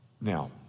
Now